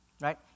Right